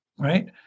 right